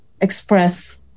express